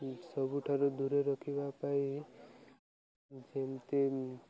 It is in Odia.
ସବୁଠାରୁ ଦୂରେ ରଖିବା ପାଇଁ ଯେମିତି